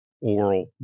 oral